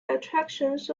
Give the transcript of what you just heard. attractions